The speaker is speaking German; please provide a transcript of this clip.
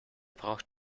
braucht